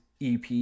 EP